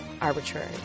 arbitrary